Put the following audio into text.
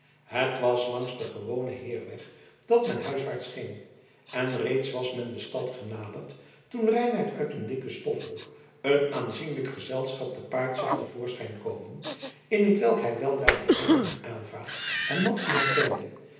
het was langs den gewonen heirweg dat men huiswaarts ging en reeds was men de stad genaderd toen reinout uit een dikke stofwolk een aanzienlijk gezelschap te paard zag te voorschijn komen in hetwelk hij weldra den heer van aylva en madzy herkende